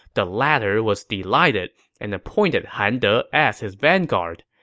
the latter was delighted and appointed han de as his vanguard.